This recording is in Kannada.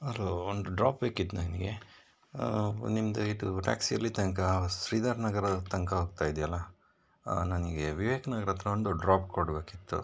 ಹಲೋ ಒಂದು ಡ್ರಾಪ್ ಬೇಕಿತ್ತು ನನಗೆ ನಿಮ್ಮದು ಇದು ಟಾಕ್ಸಿ ಎಲ್ಲಿ ತನಕ ಶ್ರೀಧರ್ ನಗರದ ತನಕ ಹೋಗ್ತಾಯಿದ್ಯಲ್ಲ ನನಗೆ ವಿವೇಕ್ ನಗರ ಹತ್ರ ಒಂದು ಡ್ರಾಪ್ ಕೊಡಬೇಕಿತ್ತು